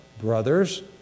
brothers